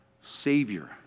Savior